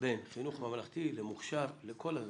בין חינוך ממלכתי למוכשר, לכל הזרמים.